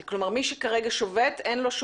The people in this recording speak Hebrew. כלומר, מי שכרגע שובת, אין לו כל